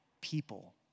people